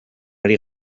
ari